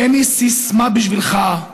הינה סיסמה בשבילך: